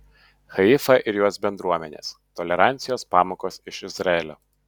haifa ir jos bendruomenės tolerancijos pamokos iš izraelio